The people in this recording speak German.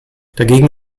dagegen